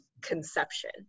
conception